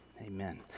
Amen